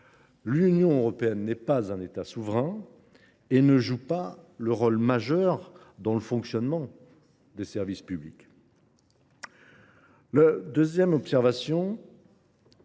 L’Union européenne n’est pas un État souverain et ne joue pas un rôle majeur dans le fonctionnement des services publics.